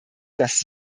dass